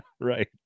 Right